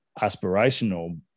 aspirational